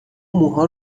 موها